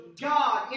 God